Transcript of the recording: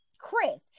Chris